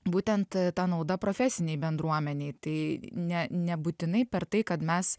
būtent ta nauda profesinei bendruomenei tai ne nebūtinai per tai kad mes